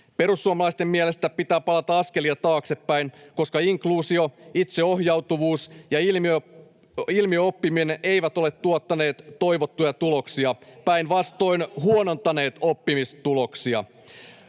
Perussuomalaisten mielestä pitää palata askelia taaksepäin, koska inkluusio, itseohjautuvuus ja ilmiöoppiminen eivät ole tuottaneet toivottuja tuloksia, päinvastoin huonontaneet oppimistuloksia.